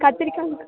கத்திரிக்காய்ங்கக்கா